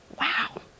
Wow